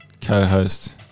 co-host